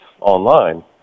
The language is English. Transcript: online